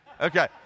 Okay